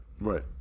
right